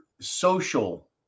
social